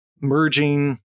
merging